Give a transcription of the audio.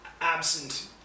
absent